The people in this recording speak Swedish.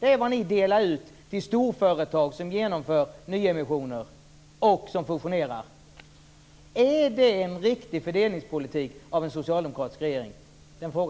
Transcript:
Detta är vad som delas ut till storföretag som genomför nyemissioner och som fusionerar. Är det en riktig fördelningspolitik av en socialdemokratisk regering?